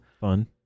Fun